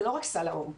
זה לא רק סל לאור.